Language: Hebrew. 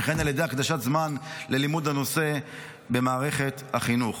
וכן על ידי הקדשת זמן ללימוד הנושא במערכת החינוך.